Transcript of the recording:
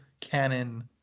canon